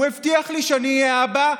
הוא הבטיח לי שאני אהיה אבא.